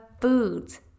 foods